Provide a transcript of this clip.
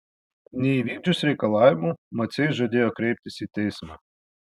neįvykdžius reikalavimų maciai žadėjo kreiptis į teismą